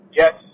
yes